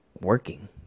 working